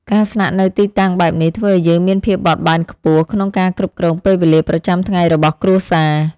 ការស្នាក់នៅទីតាំងបែបនេះធ្វើឱ្យយើងមានភាពបត់បែនខ្ពស់ក្នុងការគ្រប់គ្រងពេលវេលាប្រចាំថ្ងៃរបស់គ្រួសារ។